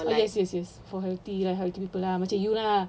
yes yes yes for healthy ya healthy people lah macam you lah